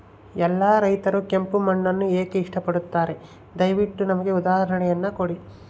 ಎಲ್ಲಾ ರೈತರು ಕೆಂಪು ಮಣ್ಣನ್ನು ಏಕೆ ಇಷ್ಟಪಡುತ್ತಾರೆ ದಯವಿಟ್ಟು ನನಗೆ ಉದಾಹರಣೆಯನ್ನ ಕೊಡಿ?